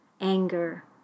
anger